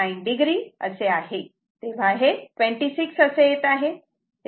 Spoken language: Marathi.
9 o असे आहे तेव्हा हे 26 असे येत आहे